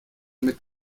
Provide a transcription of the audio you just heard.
mit